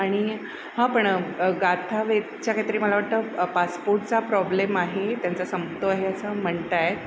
आणि हां पण गाथा वेदच्या काहीतरी मला वाटतं पासपोर्टचा प्रॉब्लेम आहे त्यांचा संपतो आहे असा म्हणत आहेत